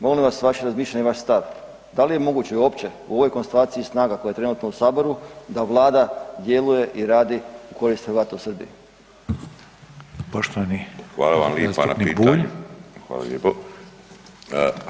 Molim vas vaše razmišljanje i vaš stav da li je moguće uopće u ovoj konstelaciji snaga koja je trenutno u Saboru da Vlada djeluje i radi u korist Hrvata u Srbiji.